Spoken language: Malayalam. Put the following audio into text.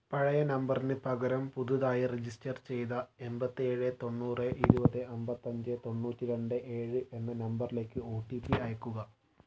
പഴയ നമ്പറിന് പകരം പുതുതായി രജിസ്റ്റർ ചെയ്ത എൺപത്തേഴ് തൊണ്ണൂറ് ഇരുപത് അമ്പത്തി അഞ്ച് തൊണ്ണൂറ്റി രണ്ട് ഏഴ് എന്ന നമ്പറിലേക്ക് ഒ ടി പി അയയ്ക്കുക